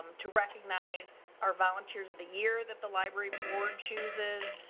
um to recognize our volunteers of the year that the library board chooses,